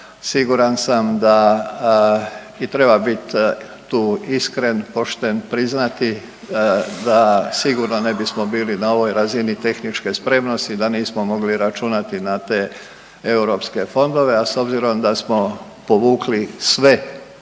Siguran sam da i treba biti tu iskren, pošten, priznati da sigurno ne bismo bili na ovoj razini tehničke spremnosti da nismo mogli računati na te europske fondove, a s obzirom da smo povukli sve